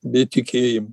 be tikėjimo